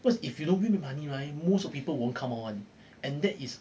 cause if you don't win back money right most of people won't come out [one] and that is